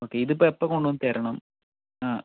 okay ഇതിപ്പം എപ്പം കൊണ്ടുവന്നുതരണം